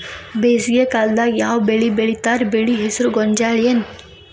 ಬೇಸಿಗೆ ಕಾಲದಾಗ ಯಾವ್ ಬೆಳಿ ಬೆಳಿತಾರ, ಬೆಳಿ ಹೆಸರು ಗೋಂಜಾಳ ಏನ್?